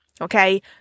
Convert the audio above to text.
Okay